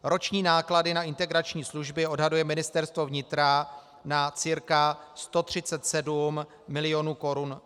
Roční náklady na integrační služby odhaduje Ministerstvo vnitra na cca 137 milionů korun.